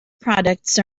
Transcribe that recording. products